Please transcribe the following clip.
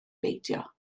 beidio